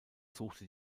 suchte